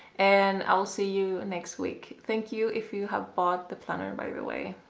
and i'll see you next week. thank you if you have bought the planner by the way.